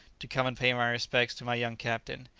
to come and pay my respects to my young captain,